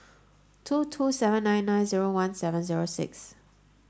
two two seven nine nine zero one seven zero six